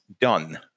done